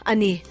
Ani